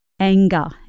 Anger